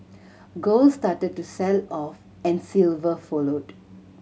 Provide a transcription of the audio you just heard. gold started to sell off and silver followed